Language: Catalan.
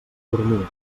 dormir